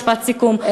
משפט סיכום,